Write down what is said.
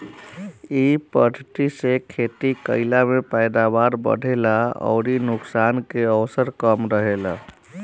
इ पद्धति से खेती कईला में पैदावार बढ़ेला अउरी नुकसान के अवसर कम रहेला